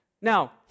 Now